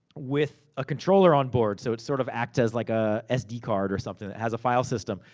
with a controller on board. so, it sort of acts as like a sd card or something, that has a file system.